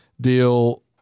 deal